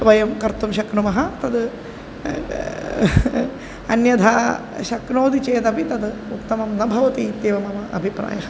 वयं कर्तुं शक्नुमः तद् अन्यथा शक्नोति चेदपि तद् उत्तमं न भवति इत्येव मम अभिप्रायः